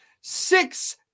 Six